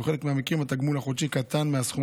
ובחלק מהמקרים התגמול החודשי קטן מסכום